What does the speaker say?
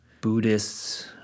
Buddhists